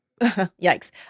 yikes